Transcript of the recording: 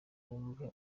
wumve